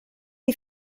you